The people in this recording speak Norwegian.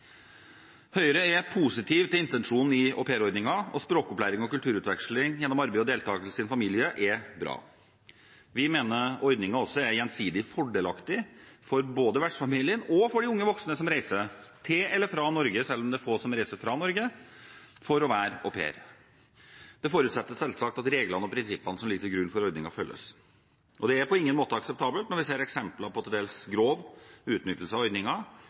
Høyre er positiv til intensjonen i aupairordningen. Språkopplæring og kulturutveksling gjennom arbeid og deltakelse i en familie er bra. Vi mener ordningen også er gjensidig fordelaktig for både vertsfamilien og de unge voksne som reiser til eller fra Norge – selv om det er få som reiser fra Norge – for å være au pair. Det forutsettes selvsagt at reglene og prinsippene som ligger til grunn for ordningen, følges. Og det er på ingen måte akseptabelt når vi ser eksempler på til dels grov utnyttelse av